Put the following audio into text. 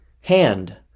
hand